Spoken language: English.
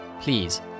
Please